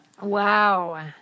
Wow